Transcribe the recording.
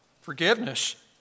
forgiveness